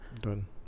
done